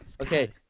Okay